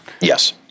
Yes